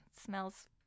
smells